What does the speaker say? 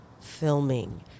filming